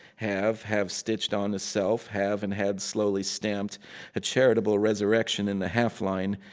have, have stitched onto self, have and had slowly stamped a charitable resurrection in the half line.